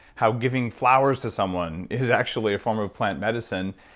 how giving flowers to someone is actually a form of plant medicine.